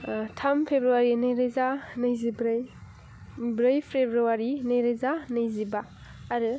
थाम फेब्रुवारि नैरोजा नैजिब्रै ब्रै फेब्रुवारि नैरोजा नैजिबा आरो